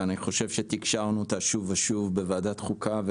ואני חושב שתקשרנו אותה שוב ושוב בוועדת חוקה,